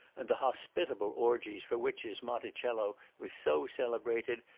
and the hospitable orgies for which his montecielo was so celebrated,